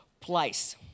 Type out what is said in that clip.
place